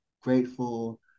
grateful